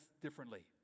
differently